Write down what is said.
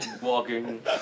Walking